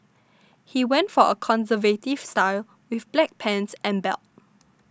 he went for a conservative style with black pants and belt